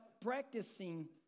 practicing